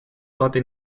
toate